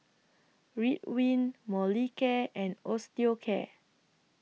Ridwind Molicare and Osteocare